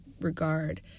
regard